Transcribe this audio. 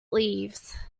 leaves